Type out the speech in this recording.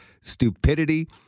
stupidity